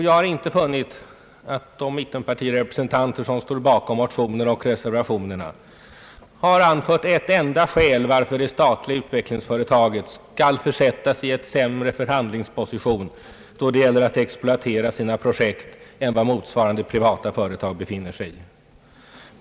Jag har inte funnit att de mittenpartirepresentanter som står bakom motionen och reservationen har anfört ett enda skäl för att det statliga utvecklingsföretaget skall försättas i en sämre förhandlingsposition då det gäller att exploatera sina projekt än vad motsvarande privata företag befinner sig i.